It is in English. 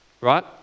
right